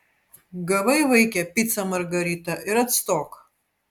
gavai vaike picą margaritą ir atstok